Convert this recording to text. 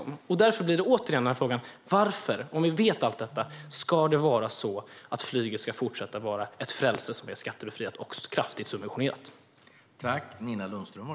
Därför ställer jag återigen frågan: Varför, om vi vet allt detta, ska flyget fortsätta att vara ett frälse som är skattebefriat och kraftigt subventionerat?